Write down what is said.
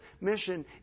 mission